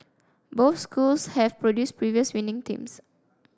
both schools have produced previous winning teams